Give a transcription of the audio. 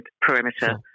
perimeter